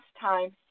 time